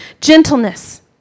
gentleness